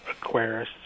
aquarists